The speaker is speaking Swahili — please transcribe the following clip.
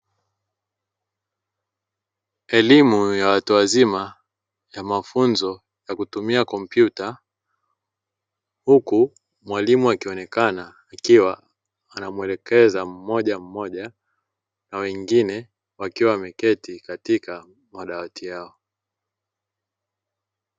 Elimu ya watu wazima ya mafunzo ya kutumia kompyuta huku mwalimu akionekana akiwa anamuelekeza mmojammoja, na wengine wakiwa wameketi kwenye madawati yao.